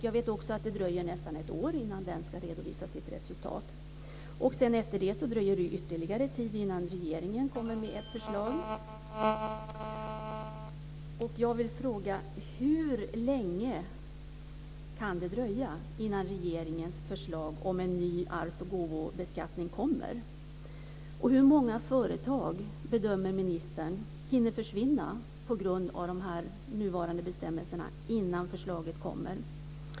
Jag vet också att det dröjer nästan ett år innan den ska redovisa sitt arbete. Efter det dröjer det ytterligare en tid innan regeringen kommer med ett förslag. Och jag vill fråga: Hur länge kan det dröja innan regeringens förslag om en ny arvs och gåvobeskattning kommer? Hur många företag bedömer ministern hinner försvinna på grund av de nuvarande bestämmelserna innan förslaget kommer?